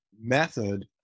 method